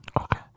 Okay